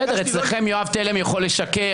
בסדר, אצלכם יואב תלם יכול לשקר.